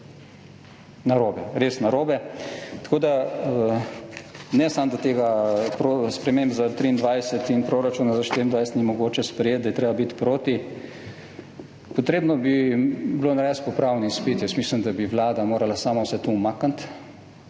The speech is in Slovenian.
Res narobe. Ne samo, da sprememb za 2023 in proračuna za 2024 ni mogoče sprejeti, da je treba biti proti, potrebno bi bilo narediti popravni izpit. Mislim, da bi Vlada morala sama vse to umakniti,